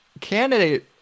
candidate